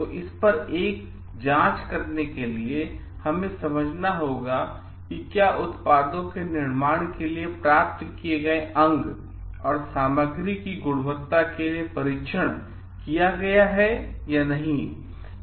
तो उस पर एक जांच करने के लिए हमें समझना होगा क्या उत्पादों के निर्माण के लिए प्राप्त किए गए अंग और सामग्री का गुणवत्ता के लिए परीक्षण किया गया है या नहीं